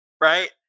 right